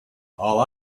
all